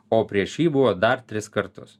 o prieš jį buvo dar tris kartus